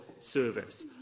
service